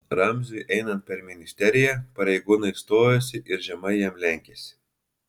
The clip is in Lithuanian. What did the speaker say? ramziui einant per ministeriją pareigūnai stojosi ir žemai jam lenkėsi